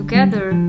Together